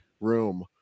room